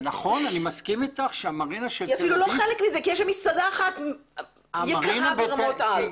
היא אפילו לא חלק מזה כי יש שם מסעדה אחת יקרה ברמות על.